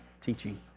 teaching